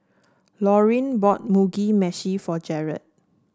Laurine bought Mugi Meshi for Jarod